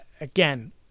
Again